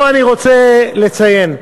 פה אני רוצה לציין,